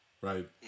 right